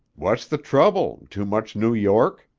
what's the trouble? too much new york?